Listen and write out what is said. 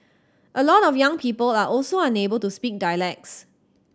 a lot of young people are also unable to speak dialects